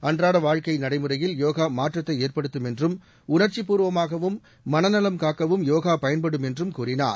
அன்றாட வாழக்கை நடைமுறையில் யோகா மாற்றத்தை ஏற்படுத்தும் என்றும் உணர்ச்சி பூர்வமாகவும் மனநவம் காக்கவும் யோகா பயன்படும் என்றும் கூறினார்